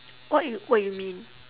what you what you mean